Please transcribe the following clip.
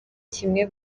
kimwe